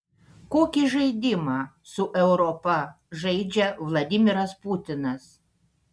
kokį žaidimą su europa žaidžia vladimiras putinas